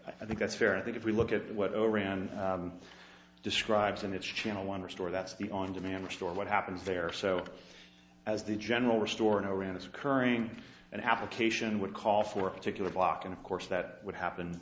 i think that's fair i think if we look at what iran describes in its channel one restore that's the on demand restore what happens there so as the general store in iran is occurring an application would call for a particular block and of course that would happen